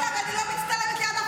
אל תדאג, אני לא מצטלמת ליד אף אחד.